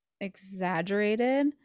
exaggerated